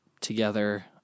together